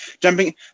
jumping